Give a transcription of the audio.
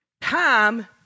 Time